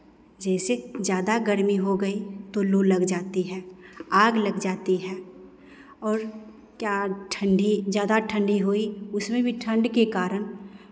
जैसे ज़्यादा गर्मी हो गई तो लू लग जाती है आग लग जाती है और या ठंडी ज़्यादा ठंडी हुई उसमें भी ठंड के कारण